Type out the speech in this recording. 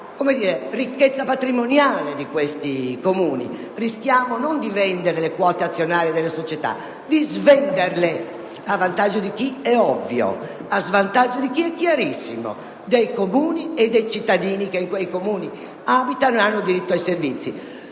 della ricchezza patrimoniale di questi Comuni. Rischiamo non di vendere le quote azionarie delle società, ma di svenderle. E a vantaggio di chi, è ovvio; a svantaggio di chi, è chiarissimo: dei Comuni e dei cittadini che in quegli stessi Comuni abitano e hanno diritto ai servizi.